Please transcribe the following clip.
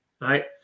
right